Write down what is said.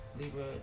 Libra